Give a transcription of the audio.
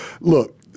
look